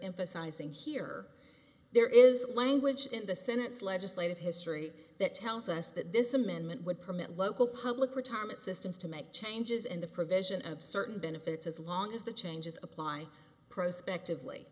emphasizing here there is language in the senate's legislative history that tells us that this amendment would permit local public retirement systems to make changes in the provision of certain benefits as long as the changes apply prospect